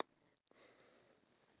corn